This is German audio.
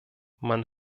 man